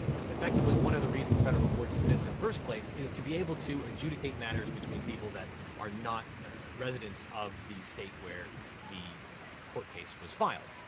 ah effectively, one of the reasons federal courts exists in the first place is to be able to adjudicate matters between people that are not ah residents of the state where the court case was filed.